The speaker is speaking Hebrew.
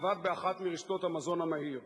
הוא עבד באחת מרשתות המזון המהיר.